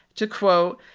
to quote,